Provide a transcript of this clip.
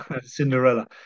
Cinderella